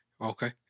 Okay